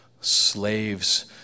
slaves